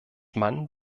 mann